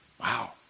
Wow